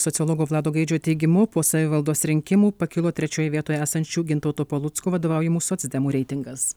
sociologo vlado gaidžio teigimu po savivaldos rinkimų pakilo trečioje vietoje esančių gintauto palucko vadovaujamų socdemų reitingas